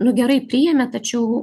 nu gerai priėmė tačiau